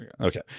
Okay